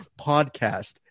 podcast